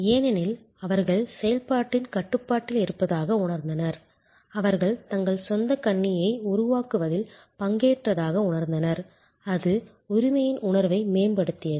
ஏனெனில் அவர்கள் செயல்பாட்டின் கட்டுப்பாட்டில் இருப்பதாக உணர்ந்தனர் அவர்கள் தங்கள் சொந்த கணினியை உருவாக்குவதில் பங்கேற்றதாக உணர்ந்தனர் அது உரிமையின் உணர்வை மேம்படுத்தியது